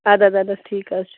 اَدٕ حظ اَدٕ حظ ٹھیٖک حظ چھُ